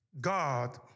God